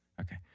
Okay